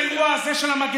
כשהתחיל האירוע הזה של המגפה.